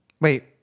Wait